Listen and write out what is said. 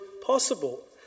possible